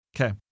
Okay